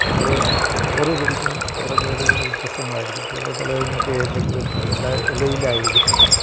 അത് ഓരോ ചെടിക്കും ഓരോ കേടുകളും വ്യത്യസ്തങ്ങൾ ആയിരിക്കും ചിലപ്പോൾ ചിലതിനൊക്കെ ഏന്തെങ്കിലും ഇല ഇലയില്ലായിരിക്കും